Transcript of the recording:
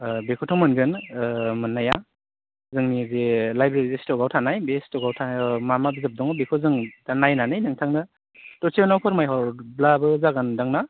ओह बेखौथ' मोनगोन ओह मोन्नाया जोंनि बे लाइब्रेरि स्टकआव थानाय बे स्टकआव थानाय मा मा बिजाब दङ बेखौ जों दा नायनानै नोंथांनो दसे उनाव फोरमाइहरब्लाबो जागोनदां ना